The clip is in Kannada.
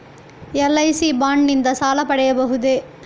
ಎಲ್.ಐ.ಸಿ ಬಾಂಡ್ ನಿಂದ ಸಾಲ ಪಡೆಯಬಹುದೇ?